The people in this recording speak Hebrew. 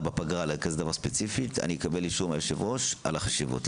בפגרה אקבל אישור מהיו"ר על החשיבות.